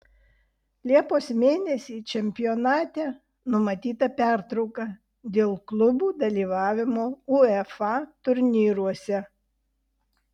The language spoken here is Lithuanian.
liepos mėnesį čempionate numatyta pertrauka dėl klubų dalyvavimo uefa turnyruose